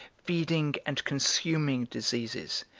feeding and consuming diseases,